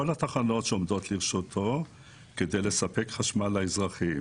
התחנות שעומדות לרשותו כדי לספק חשמל לאזרחים.